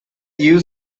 used